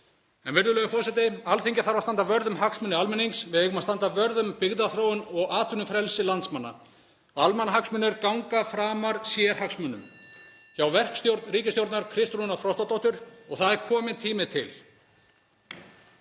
En, virðulegur forseti, Alþingi þarf að standa vörð um hagsmuni almennings. Við eigum að standa vörð um byggðaþróun og atvinnufrelsi landsmanna. Almannahagsmunir ganga framar sérhagsmunum hjá verkstjórn ríkisstjórnar Kristrúnar Frostadóttur. Það er kominn tími til.